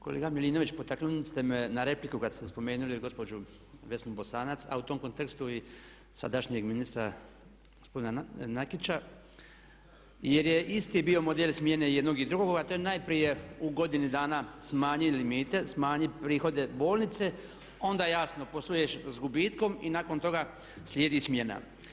Kolega Milinović potaknuli ste me na repliku kada ste spomenuli gospođu Vesnu Bosanac a u tom kontekstu sadašnjeg ministra gospodina Nakića jer je isti bio model smjene jednog i drugoga a to je najprije u godini dana smanjili limite, smanjili prihode bolnice, onda jasno posluješ sa gubitkom i nakon toga slijedi smjena.